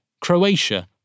Croatia